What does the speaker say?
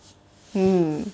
mm